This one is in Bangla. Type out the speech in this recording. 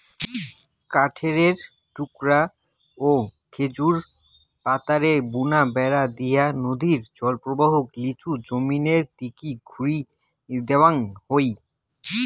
কাঠের টুকরা ও খেজুর পাতারে বুনা বেড়া দিয়া নদীর জলপ্রবাহক লিচু জমিনের দিকি ঘুরি দেওয়াং হই